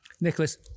Nicholas